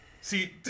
see